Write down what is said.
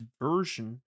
version